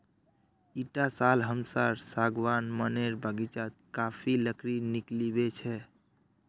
इटा साल हमसार सागवान मनेर बगीचात काफी लकड़ी निकलिबे छे